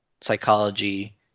psychology